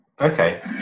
Okay